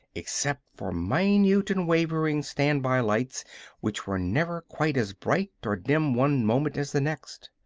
except for minute and wavering standby lights which were never quite as bright or dim one moment as the next.